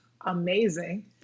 amazing